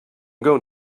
going